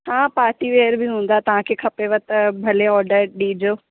हा party wear बि हूंदा तव्हांखे खपेव त भले ऑर्डर ॾिजो